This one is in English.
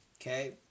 okay